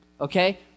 Okay